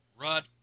Rod